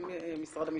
גם את משרד המשפטים,